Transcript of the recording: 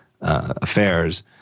affairs